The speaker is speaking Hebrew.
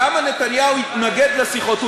למה נתניהו התנגד לשיחות?